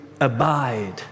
abide